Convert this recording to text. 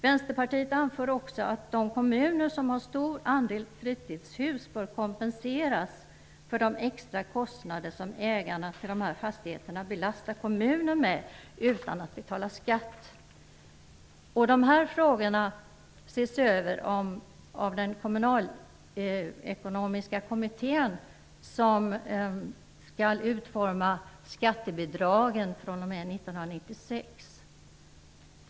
Vänsterpartiet anför också att de kommuner som har stor andel fritidshus bör kompenseras för de extra kostnader som ägarna till de här fastigheterna belastar kommunen med utan att de betalar skatt till kommunen. Dessa frågor ses över av den kommunalekonomiska kommittén, som skall utforma de skattebidrag som skall gälla fr.o.m. 1996.